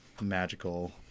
magical